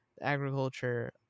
agriculture